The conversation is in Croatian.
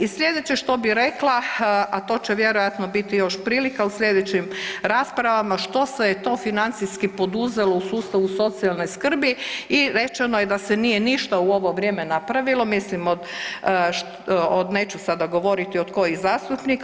I slijedeće što bih rekla, a to će vjerojatno biti još prilika u sljedećim raspravama, što se je to financijski poduzelo u sustavu socijalne skrbi i rečeno je da se nije ništa u ovo vrijeme napravilo, neću sada govoriti od kojih zastupnika.